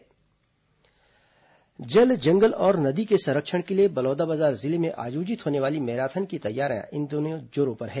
marathon तैयारी जल जंगल और नदी के संरक्षण के लिए बलौदाबाजार जिले में आयोजित होने वाली मैराथन की तैयारियां इन दिनों जोरों पर हैं